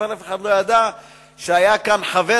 אבל אף אחד כאן לא ידע שהיה כאן "חבר,